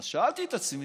אז שאלתי את עצמי: